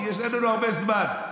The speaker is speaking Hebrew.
כי אין לנו הרבה זמן.